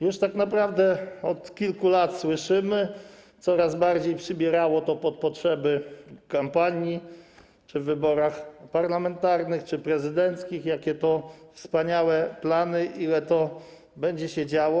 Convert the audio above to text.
Już tak naprawdę od kilku lat słyszymy - coraz bardziej przybierało to na sile na potrzeby kampanii czy wyborów parlamentarnych czy prezydenckich - jakie to wspaniałe plany, ile to się będzie działo.